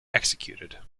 executed